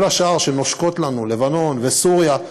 כל השאר שנושקות לנו, לבנון וסוריה,